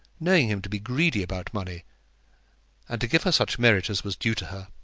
knowing him to be greedy about money and, to give her such merit as was due to her,